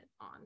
on